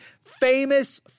Famous